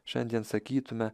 šiandien sakytume